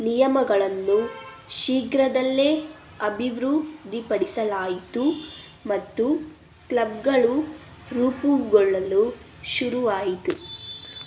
ನಿಯಮಗಳನ್ನು ಶೀಘ್ರದಲ್ಲೇ ಅಭಿವೃದ್ಧಿಪಡಿಸಲಾಯಿತು ಮತ್ತು ಕ್ಲಬ್ಗಳು ರೂಪುಗೊಳ್ಳಲು ಶುರುವಾಯಿತು